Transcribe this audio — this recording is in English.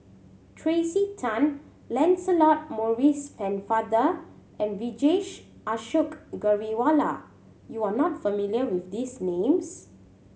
Tracey Tan Lancelot Maurice Pennefather and Vijesh Ashok Ghariwala you are not familiar with these names